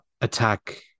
attack